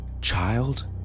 Child